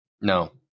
No